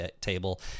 table